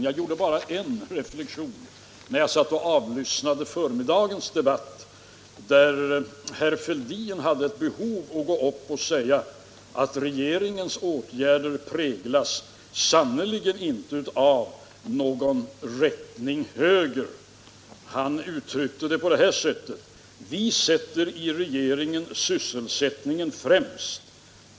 Jag gjorde i alla fall en reflexion när jag avlyssnade förmiddagens debatt, där herr Fälldin hade behov av att säga att regeringens åtgärder sannerligen inte präglades av någon rättning åt höger. Han uttryckte det på det här sättet: ”Vi sätter i regeringen sysselsättningen främst.